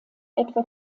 etwa